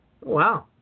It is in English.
Wow